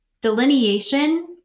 Delineation